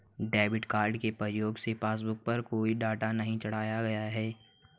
debit card के प्रयोग से पासबुक पर कोई डाटा नहीं चढ़ाया गया है